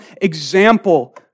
example